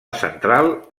central